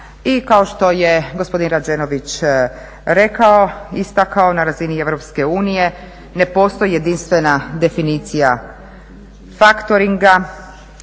I kao što je gospodine Rađenović rekao, istakao na razini EU ne postoji jedinstvena definicija faktoringa